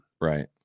Right